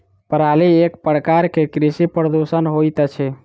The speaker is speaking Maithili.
पराली एक प्रकार के कृषि प्रदूषण होइत अछि